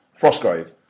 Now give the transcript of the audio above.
Frostgrave